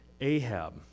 Ahab